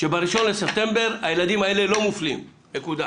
שב-1 בספטמבר הילדים האלה לא מופלים, נקודה.